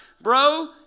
bro